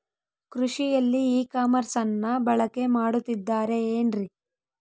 ಕೃಷಿಯಲ್ಲಿ ಇ ಕಾಮರ್ಸನ್ನ ಬಳಕೆ ಮಾಡುತ್ತಿದ್ದಾರೆ ಏನ್ರಿ?